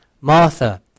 Martha